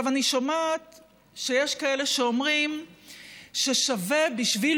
אני שומעת שיש כאלה שאומרים ששווה בשביל